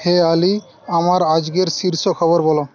হে আলি আমার আজকের শীর্ষ খবর বল